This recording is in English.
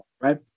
right